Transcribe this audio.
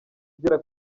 igera